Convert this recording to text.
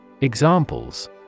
Examples